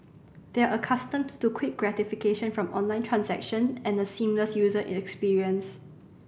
they are accustomed to quick gratification from online transaction and a seamless user experience